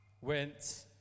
went